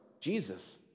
Jesus